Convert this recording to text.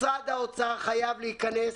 משרד האוצר חייב להכנס,